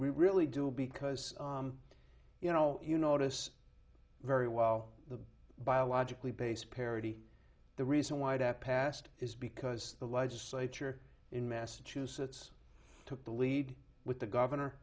really do because you know you notice very well the biologically based parity the reason why that passed is because the legislature in massachusetts took the lead with the governor